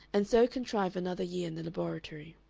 and so contrive another year in the laboratory.